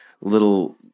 little